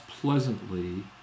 pleasantly